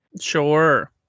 Sure